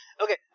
Okay